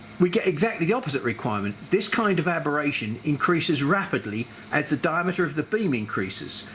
we get exactly the opposite requirement. this kind of aberration increases rapidly as the diameter of the beam increases,